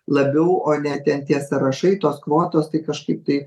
labiau o ne ten tie sąrašai tos kvotos tai kažkaip tai